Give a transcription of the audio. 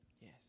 Yes